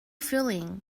feeling